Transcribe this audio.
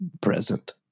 present